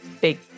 big